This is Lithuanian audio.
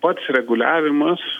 pats reguliavimas